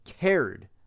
cared